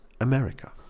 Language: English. America